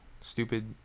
stupid